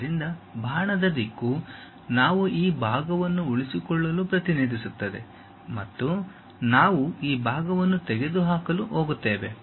ಆದ್ದರಿಂದ ಬಾಣದ ದಿಕ್ಕು ನಾವು ಈ ಭಾಗವನ್ನು ಉಳಿಸಿಕೊಳ್ಳಲು ಪ್ರತಿನಿಧಿಸುತ್ತದೆ ಮತ್ತು ನಾವು ಈ ಭಾಗವನ್ನು ತೆಗೆದುಹಾಕಲು ಹೋಗುತ್ತೇವೆ